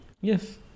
Yes